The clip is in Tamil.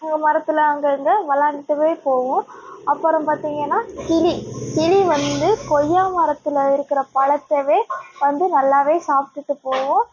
மரத்தில் அங்கே இங்கே விளையாண்டுகிட்டே போவும் அப்புறம் பார்த்திங்கன்னா கிளி கிளி வந்து கொய்யாமரத்தில் இருக்கிற பழத்தவே வந்து நல்லா சாப்பிட்டுட்டு போகும்